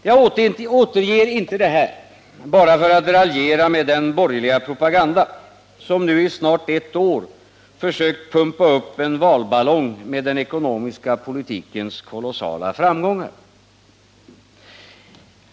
Jag återger inte det här bara för att raljera med den borgerliga propaganda som nu i snart ett år försökt pumpa upp en valballong med den ekonomiska politikens kolossala framgångar.